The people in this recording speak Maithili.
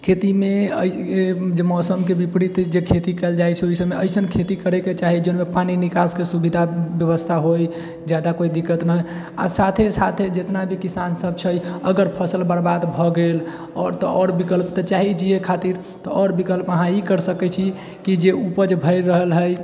खेतीमे जे मौसमके विपरीत खेती कएल जाइ छै जे ओहि सबमे अइसन खेती करेके चाही जोनमे पानि निकासके सुविधा व्यवस्था होइ जादा कोइ दिक्कत न होइ आ साथे साथे जेतना भी किसान सब छै अगर फसल बर्बाद भऽ गेल आओर तऽ आओर विकल्प चाही जिए खातिर तऽ आओर विकल्प अहाँ ई कर सकै छी कि जे उपज भए रहल हइ